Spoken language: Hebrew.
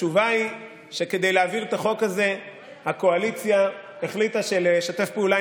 התשובה היא שכדי להעביר את החוק הזה הקואליציה החליטה שלשתף פעולה